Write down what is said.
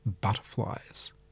butterflies